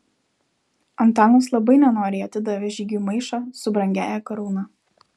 antanas labai nenoriai atidavė žygiui maišą su brangiąja karūna